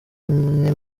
imwe